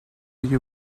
you